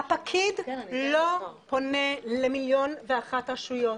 הפקיד לא פונה למיליון ואחת רשויות,